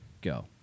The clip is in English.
Go